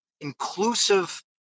inclusive